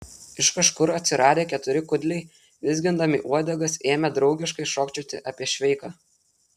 iš kažkur atsiradę keturi kudliai vizgindami uodegas ėmė draugiškai šokčioti apie šveiką